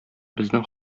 безнең